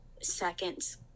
seconds